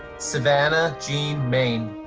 savannah jean main.